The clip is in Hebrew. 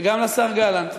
וגם לשר גלנט,